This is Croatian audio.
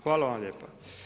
Hvala vam lijepo.